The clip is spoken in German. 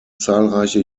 zahlreiche